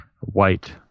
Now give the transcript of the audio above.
white